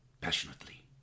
passionately